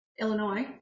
Illinois